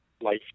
life